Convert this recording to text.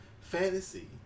fantasy